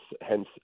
Hence